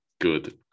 Good